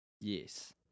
Yes